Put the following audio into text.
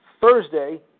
Thursday